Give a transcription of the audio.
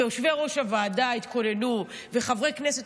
ויושבי-ראש הוועדה התכוננו וחברי כנסת